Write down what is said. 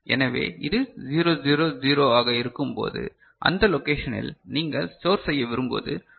எனவே இது 0 0 0 ஆக இருக்கும்போது அந்த லொகேஷனில் நீங்கள் ஸ்டோர் செய்ய விரும்புவது 1 0 0 1